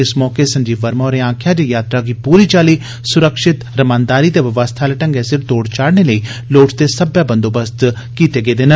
इस मौक संजीव वर्मा होरें आक्खेया जे यात्रा गी पूरी चाली स्रक्षित रमानदारी ते व्यवस्था आले ढंगै सिर तोड़ चाढ़ने लेई लोड़चदे सब्बै बंदोबस्त कीते गेदे न